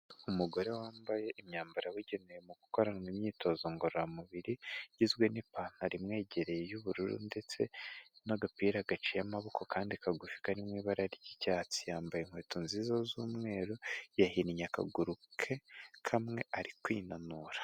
Umugore wambaye imyambaro yabugenewe mu gukorana imyitozo ngororamubiri igizwe n'ipantaro imwegereye y'ubururu ndetse n'agapira gaciye amaboko kandi kagufi karimo ibara ry'icyatsi yambaye inkweto nziza z'umweru yahinnye akaguru ke kamwe ari kwinanura.